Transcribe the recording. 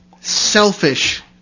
selfish